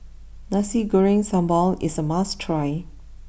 Nasi Goreng Sambal is a must try